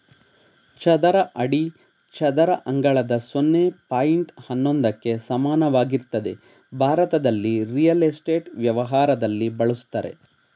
ಚದರ ಅಡಿ ಚದರ ಅಂಗಳದ ಸೊನ್ನೆ ಪಾಯಿಂಟ್ ಹನ್ನೊಂದಕ್ಕೆ ಸಮಾನವಾಗಿರ್ತದೆ ಭಾರತದಲ್ಲಿ ರಿಯಲ್ ಎಸ್ಟೇಟ್ ವ್ಯವಹಾರದಲ್ಲಿ ಬಳುಸ್ತರೆ